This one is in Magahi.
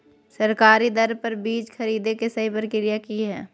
सरकारी दर पर बीज खरीदें के सही प्रक्रिया की हय?